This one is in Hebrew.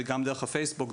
גם דרך הפייסבוק,